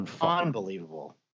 Unbelievable